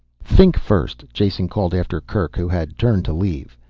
think first, jason called after kerk, who had turned to leave.